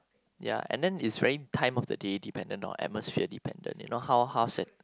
ya and then it's very time of the day dependent or atmosphere dependent you know how how se~